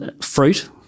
fruit